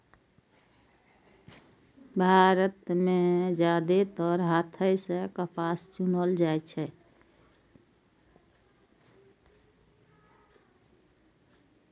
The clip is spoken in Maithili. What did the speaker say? भारत मे जादेतर हाथे सं कपास चुनल जाइ छै